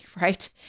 right